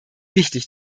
wichtig